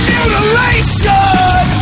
Mutilation